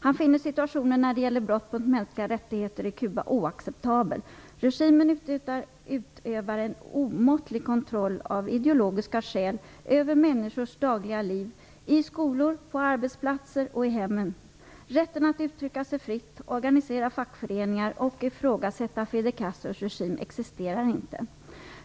Han finner situationen när det gäller brott mot mänskliga rättigheter oacceptabel. Regimen utövar en omåttlig kontroll av ideologiska skäl över människors dagliga liv i skolor, på arbetsplatser och i hemmen. Rätten att uttrycka sig fritt, organisera fackföreningar och ifrågasätta Fidel Castros regim existerar inte.